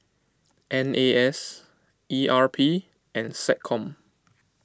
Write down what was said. N A S E R P and SecCom